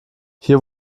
hier